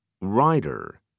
Rider